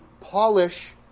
polish